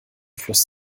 fluss